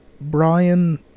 Brian